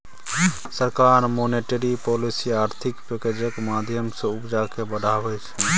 सरकार monetary policy आ आर्थिक पैकैजक माध्यमँ सँ उपजा केँ बढ़ाबै छै